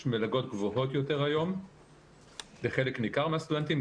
מלגות גבוהות יותר היום לחלק ניכר מהסטודנטים,